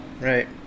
Right